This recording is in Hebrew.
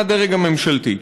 מהדרג הממשלתי.